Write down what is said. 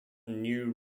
new